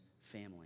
family